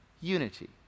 unity